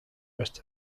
rest